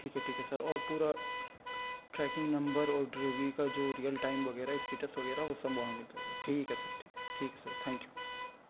ٹھیک ہے ٹھیک ہے سر اور پورا ٹریکنگ نمبر اور ڈلیوری کا جو ریئل ٹائم وغیرہ اسٹیٹس وغیرہ وہ سب وہاں مل جائے گا ٹھیک ہے سر ٹھیک ہے ٹھیک ہے سر تھینک یو